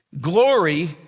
glory